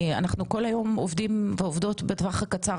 אנחנו כל היום עובדים ועובדות בטווח הקצר,